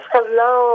Hello